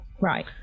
Right